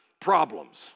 problems